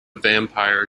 vampire